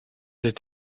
des